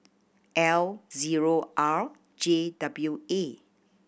L zero R J W A